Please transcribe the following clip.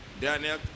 Daniel